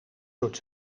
soort